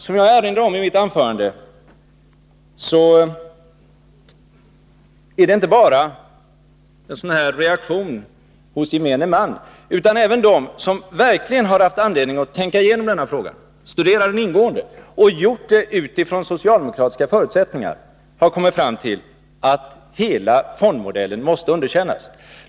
Som jag erinrade om i mitt anförande är detta reaktioner inte bara hos gemene man utan även hos dem som verkligen har haft anledning att tänka igenom denna fråga och studera den ingående och som gjort det utifrån socialdemokratiska förutsättningar — de har kommit fram till att hela fondmodellen måste underkännas.